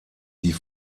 die